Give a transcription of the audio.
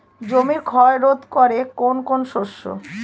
জমির ক্ষয় রোধ করে কোন কোন শস্য?